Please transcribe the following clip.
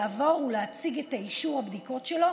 לעבור ולהציג את אישור הבדיקות שלו